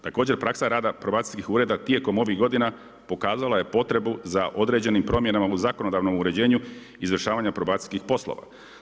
Također praksa rada probacijskih ureda tijekom ovih godina pokazala je potrebu za određenim promjenama u zakonodavnom uređenju izvršavanja probacijskih poslova.